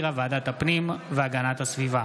שהחזירה ועדת הפנים והגנת הסביבה.